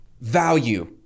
value